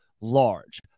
large